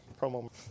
Promo